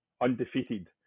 undefeated